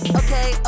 okay